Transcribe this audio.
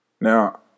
Now